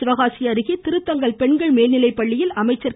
சிவகாசி அருகே திருத்தங்கல் பெண்கள் மேல்நிலைப்பள்ளியில் அமைச்சர் திரு